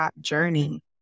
journey